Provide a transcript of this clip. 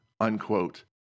unquote